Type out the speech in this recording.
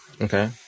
okay